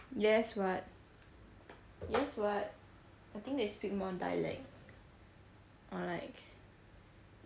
yes [what] yes [what] I think they speak more dialect or like